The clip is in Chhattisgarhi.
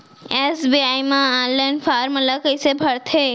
एस.बी.आई म ऑनलाइन फॉर्म ल कइसे भरथे?